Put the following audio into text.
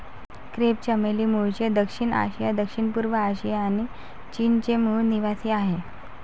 crepe चमेली मूळचे दक्षिण आशिया, दक्षिणपूर्व आशिया आणि चीनचे मूल निवासीआहे